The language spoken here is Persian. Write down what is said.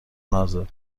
نازه